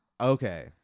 Okay